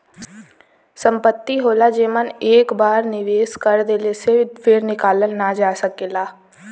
संपत्ति होला जेमन एक बार निवेस कर देले से फिर निकालल ना जा सकेला